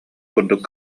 курдук